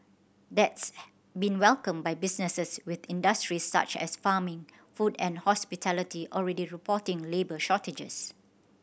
that's been welcomed by businesses with industries such as farming food and hospitality already reporting labour shortages